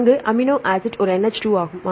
மாணவர் அங்குள்ள amino acid ஒரு NH2 ஆகும்